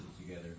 together